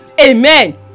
amen